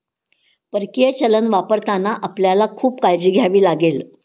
परकीय चलन वापरताना आपल्याला खूप काळजी घ्यावी लागेल